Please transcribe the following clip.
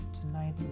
tonight